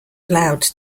allowed